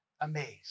amazed